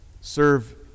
serve